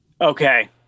Okay